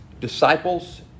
Disciples